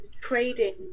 trading